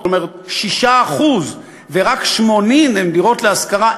זאת אומרת 6%; ורק 80 הן דירות להשכרה,